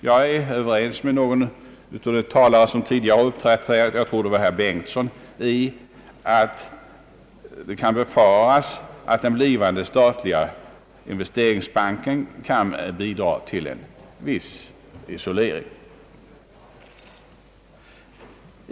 Jag är överens med en av de tidigare talarna i denna debatt jag tror det var herr Bengtson — om att det kan befaras att den blivande statliga investeringsbanken kommer att bidra till en viss svensk isolering på kapitalområdet.